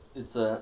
it's a